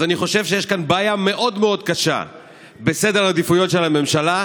אז אני חושב שיש כאן בעיה מאוד מאוד קשה בסדר העדיפויות של הממשלה,